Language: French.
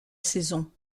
saison